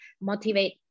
motivate